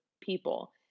people